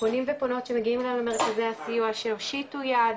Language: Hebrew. פונים ופונות שמגיעים למרכזי הסיוע שיושיטו יד,